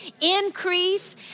increase